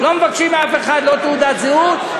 לא מבקשים מאף אחד לא תעודת זהות,